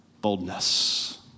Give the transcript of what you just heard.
boldness